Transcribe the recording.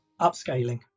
upscaling